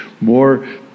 more